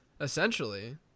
Essentially